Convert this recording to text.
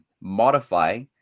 modify